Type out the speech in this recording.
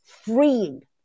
freeing